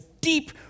deep